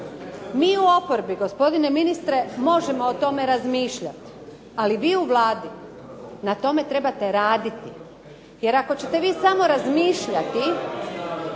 Mi u oporbi gospodine ministre možemo o tome razmišljati, ali vi u Vladi na tome trebate raditi, jer ako ćete vi samo razmišljati,